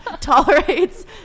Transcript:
tolerates